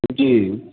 जी